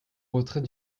retrait